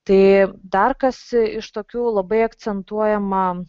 tai dar kas iš tokių labai akcentuojama